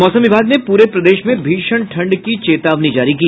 और मौसम विभाग ने पूरे प्रदेश में भीषण ठंड की चेतावनी जारी की